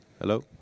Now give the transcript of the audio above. Hello